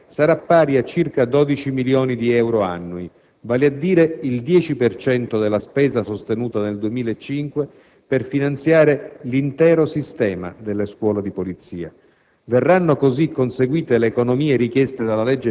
Il risparmio complessivo in termini finanziari sarà pari a circa 12 milioni di euro annui, vale a dire il 10 per cento della spesa sostenuta nel 2005 per finanziare l'intero sistema delle scuole di polizia.